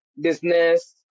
business